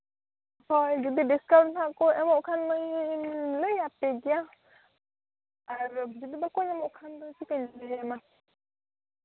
ᱦᱳᱭ ᱡᱩᱫᱤ ᱰᱤᱥᱠᱟᱣᱩᱱᱴ ᱦᱟᱸᱜ ᱠᱚ ᱮᱢᱚᱜ ᱠᱷᱟᱱ ᱢᱟᱧ ᱞᱟᱹᱭ ᱟᱯᱮ ᱜᱮᱭᱟ ᱟᱨ ᱡᱩᱫᱤ ᱵᱟᱠᱚ ᱮᱢᱚᱜ ᱠᱷᱟᱱ ᱫᱚ ᱪᱤᱠᱟᱹᱧ ᱞᱟᱹᱭ ᱟᱢᱟ